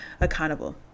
accountable